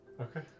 Okay